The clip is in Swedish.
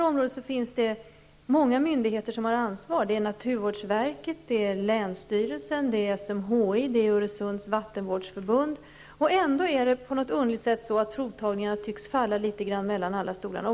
Ansvaret för detta område ligger på många organ -- Öresunds vattenvårdsförbund -- och ändå tycks provtagningarna på något underligt sätt falla litet grand mellan alla stolarna.